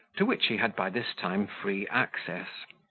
to which he had by this time free access.